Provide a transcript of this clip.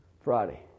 Friday